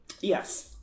Yes